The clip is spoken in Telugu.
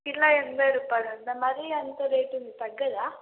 కిలో ఎనభై రూపాయలు ఉందా మరీ అంత రేటు ఉంది తగ్గదా